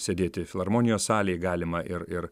sėdėti filharmonijos salėj galima ir ir